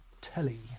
telly